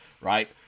right